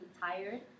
tired